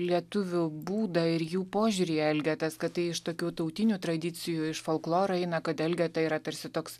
lietuvių būdą ir jų požiūrį į elgetas kad tai iš tokių tautinių tradicijų iš folkloro eina kad elgeta yra tarsi toks